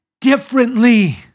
differently